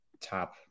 top